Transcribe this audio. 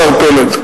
השר פלד,